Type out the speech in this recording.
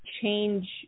change